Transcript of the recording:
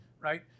right